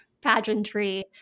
pageantry